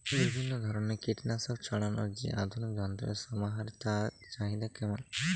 বিভিন্ন ধরনের কীটনাশক ছড়ানোর যে আধুনিক যন্ত্রের সমাহার তার চাহিদা কেমন?